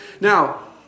Now